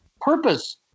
purpose